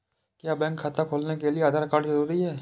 क्या बैंक खाता खोलने के लिए आधार कार्ड जरूरी है?